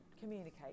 communicate